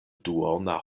duona